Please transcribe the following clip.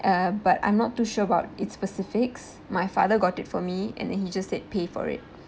uh but I'm not too sure about it specifics my father got it for me and then he just said pay for it